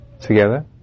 together